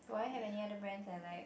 do I have any other brands I like